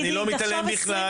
אני לא מתעלם בכלל,